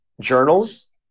journals